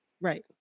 Right